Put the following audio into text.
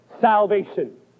salvation